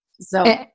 So-